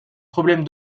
problèmes